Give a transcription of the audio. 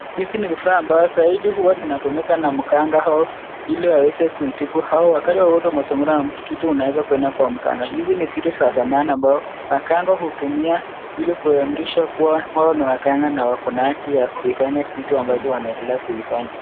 Hizi ni vifaa ambazo zaidi huwa zinatumika na mkanga ili aweze kuitibu hao wakati wa masongamano. Kitu unaweza kwenda kwa mkanga. Hizi ni vitu za zamani ambazo wakanga hutumia ili kuamrisha kuwa wao ni wakanga na wako na haki ya kuifanya kitu ambacho wanaendelea kuifanya.